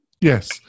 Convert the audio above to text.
Yes